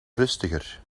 rustiger